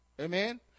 amen